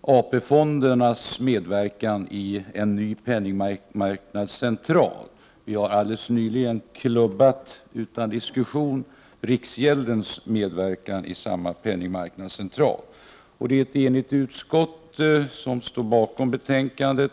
AP fondernas medverkan i en ny penningsmarknadscentral behandlas. Vi har nyligen utan diskussion fattat beslut om riksgäldens medverkan i samma penningmarknadscentral. Det är ett enigt utskott som står bakom betänkandet.